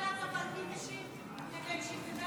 אבל היא צריכה לדעת מי משיב כדי שהיא תדע,